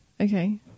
Okay